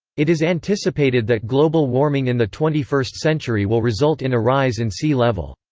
it is anticipated that global warming in the twenty first century will result in a rise in sea level.